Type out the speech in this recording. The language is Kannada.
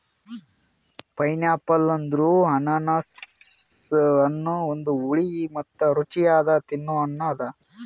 ಪೈನ್ಯಾಪಲ್ ಅಂದುರ್ ಅನಾನಸ್ ಹಣ್ಣ ಒಂದು ಹುಳಿ ಮತ್ತ ರುಚಿಯಾದ ತಿನ್ನೊ ಹಣ್ಣ ಅದಾ